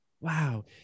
Wow